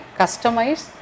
customize